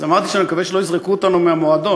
אז אמרתי שאני מקווה שלא יזרקו אותנו מהמועדון.